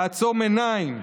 לעצום עיניים.